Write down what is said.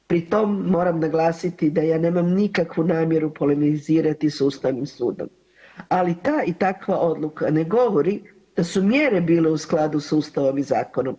Pritom moram naglasiti da ja nemam nikakvu namjeru polemizirati s Ustavnim sudom, ali ta i takva odluka ne govori da su mjere bile u skladu s Ustavom i zakonom.